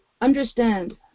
understand